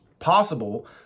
possible